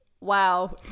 Wow